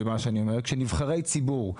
שלום לכולם,